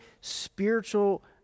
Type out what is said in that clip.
spiritual